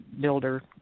builder